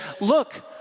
look